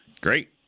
Great